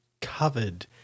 covered